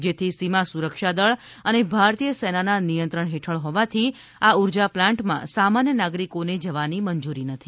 જેથી સીમા સુરક્ષાદળ અને ભારતીય સેનાના નિયંત્રણ હેઠળ હોવાથી આ ઉર્જા પ્લાન્ટમાં સામાન્ય નાગરિકોને જવાની મંજૂરી નથી